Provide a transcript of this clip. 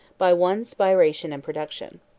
by one spiration and production.